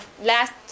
last